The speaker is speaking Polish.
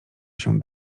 się